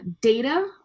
data